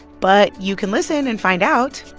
but you can listen and find out.